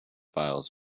files